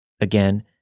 Again